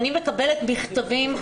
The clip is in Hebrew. אני מקבלת מכתבים,